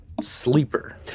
sleeper